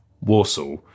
Warsaw